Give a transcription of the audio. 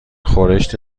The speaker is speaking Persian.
خورشت